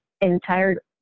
entire